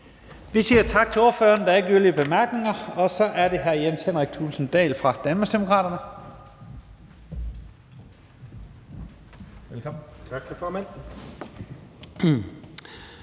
Vi siger tak til ordføreren. Der er ikke yderligere korte bemærkninger. Så er det hr. Jens Henrik Thulesen Dahl fra Danmarksdemokraterne. Velkommen. Kl.